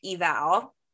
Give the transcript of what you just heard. eval